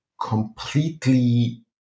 completely